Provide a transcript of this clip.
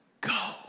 go